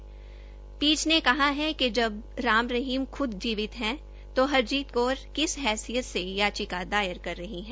bench ने कहा है कि जब राम रहीम खुद जीवित हैं तो हरजीत कौर किस हैसियत से याचिका दायर कर रही है